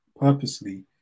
purposely